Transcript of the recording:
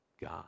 God